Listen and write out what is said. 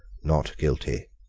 not guilty.